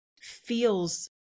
feels